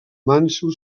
manso